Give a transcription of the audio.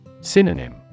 Synonym